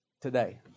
Today